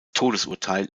todesurteil